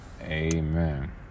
Amen